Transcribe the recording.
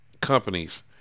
companies